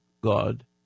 God